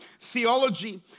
theology